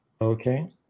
Okay